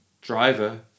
driver